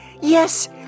Yes